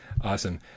Awesome